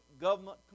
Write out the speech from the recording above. government